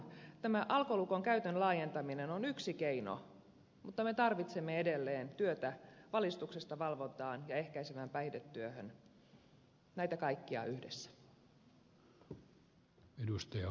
tämä alkolukon käytön laajentaminen on yksi keino mutta me tarvitsemme edelleen työtä valistuksesta valvontaan ja ehkäisevään päihdetyöhön näitä kaikkia yhdessä